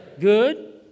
good